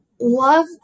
love